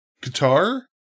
Guitar